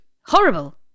Horrible